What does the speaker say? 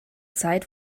zeit